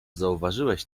zauważyłeś